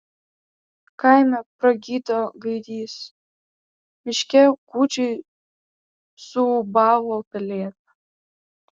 kaime pragydo gaidys miške gūdžiai suūbavo pelėda